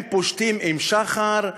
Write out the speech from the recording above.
הם פושטים עם שחר,